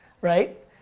Right